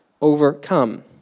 overcome